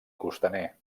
costaner